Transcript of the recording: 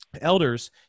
elders